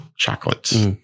chocolates